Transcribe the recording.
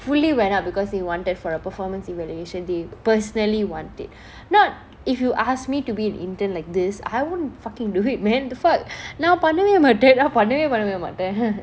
fully went up because they wanted for a performance evaluation they personally want it not if you ask me to be an intern like this I wouldn't fucking do it man the fuck நான் பண்ணவேய் மாட்டான் நான் பன்வேய் மாட்டான் :naan pannavey maatan naan panavey maatan